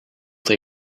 they